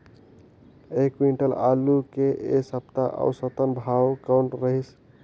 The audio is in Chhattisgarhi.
एक क्विंटल आलू के ऐ सप्ता औसतन भाव कौन रहिस?